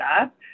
up